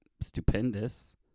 stupendous